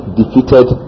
defeated